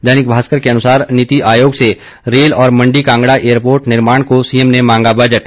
दैनिक भास्कर के अनुसार नीति आयोग से रेल और मंडी कांगड़ा एयरपोर्ट निर्माण को सीएम ने मांगा बजट